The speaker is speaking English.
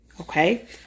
Okay